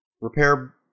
repair